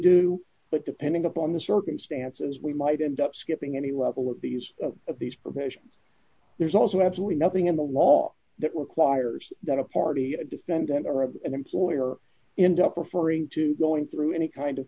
do but depending upon the circumstances we might end up skipping any level of the use of these provisions there's also absolutely nothing in the law that requires that a party defendant or of an employer end up referring to going through any kind of